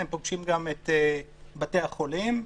הם פוגשים גם את בתי החולים,